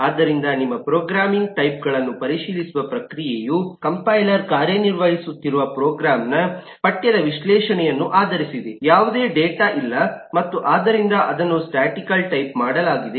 ಆದ್ದರಿಂದ ನಿಮ್ಮ ಪ್ರೋಗ್ರಾಮ್ ಟೈಪ್ಗಳನ್ನು ಪರಿಶೀಲಿಸುವ ಪ್ರಕ್ರಿಯೆಯು ಕಂಪೈಲರ್ ಕಾರ್ಯನಿರ್ವಹಿಸುತ್ತಿರುವ ಪ್ರೋಗ್ರಾಮ್ನ ಪಠ್ಯದ ವಿಶ್ಲೇಷಣೆಯನ್ನು ಆಧರಿಸಿದೆ ಯಾವುದೇ ಡೇಟಾ ಇಲ್ಲ ಮತ್ತು ಆದ್ದರಿಂದ ಅದನ್ನು ಸ್ಟಾಟಿಕಲ್ ಟೈಪ್ ಮಾಡಲಾಗಿದೆ